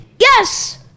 Yes